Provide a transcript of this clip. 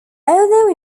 although